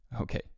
Okay